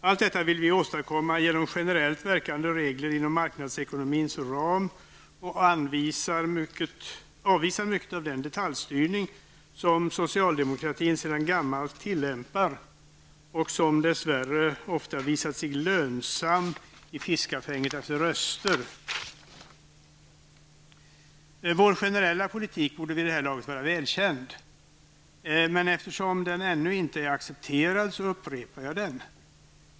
Allt detta vill vi åstadkomma genom generellt verkande regler inom marknadsekonomins ram och avvisar mycket av den detaljstyrning som socialdemokratin sedan gammalt tillämpar och som dess värre ofta har visat sig lönsam i fiskafänget efter röster. Vår generella politik borde vid det här laget vara välkänd, men eftersom den ännu inte är accepterad så upprepar jag den.